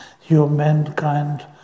humankind